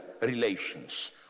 relations